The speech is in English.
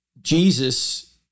Jesus